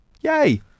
yay